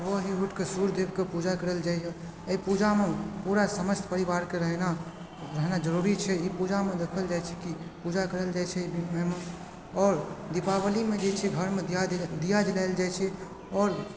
भोरे सूर्य देवकऽ पूजा करल जाइया एहि पूजामे पूरा समस्त परिवारके रहना जरुरी छै ई पूजामे देखल जाइत छै कि पूजा करल जाइत छै एहिमे आओर दीपावलीमे जे छी घरमे दीया जलायल जाइत छै आओर